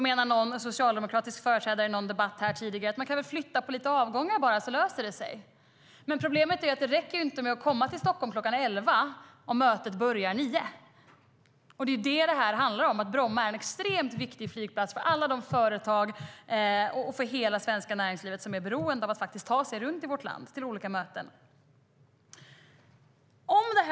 Någon socialdemokratisk företrädare i någon debatt här tidigare menade att man väl bara kan flytta på lite avgångar, så löser det sig. Men problemet är att det inte räcker att komma till Stockholm kl. 11 om mötet börjar kl. 9. Det är det detta handlar om, nämligen att Bromma är en extremt viktig flygplats för alla de företag - och för hela svenska näringslivet - som är beroende av att ta sig runt till olika möten i vårt land.